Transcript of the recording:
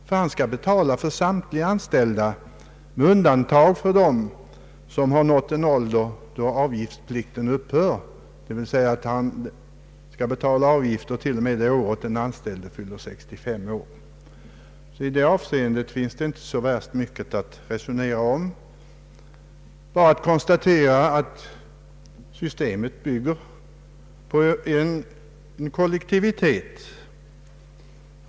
Han skall betala pensionsavgift för samtliga anställda med undantag för dem som nått en ålder då avgiftsplikten upphör, d.v.s. året efter fyllda 65 år. Där finns det alltså inte så mycket att resonera om. Vi har bara att konstatera att systemet bygger på kollektivitet.